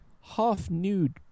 half-nude